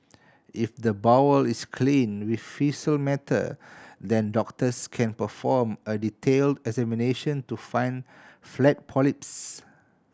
if the bowel is clean faecal matter then doctors can perform a detail examination to find flat polyps